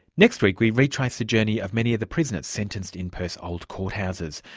next week we retrace the journey of many of the prisoners sentenced in perth's old court houses.